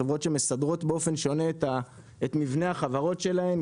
חבורת שמסדרות באופן שונה את מבנה החברות שלהן,